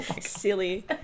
Silly